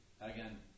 Again